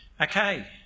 Okay